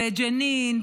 בג'נין,